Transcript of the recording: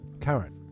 Current